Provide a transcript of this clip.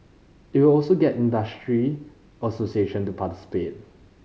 it will also get industry association to participate